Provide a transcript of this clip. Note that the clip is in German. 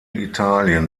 italien